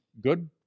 Good